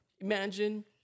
imagine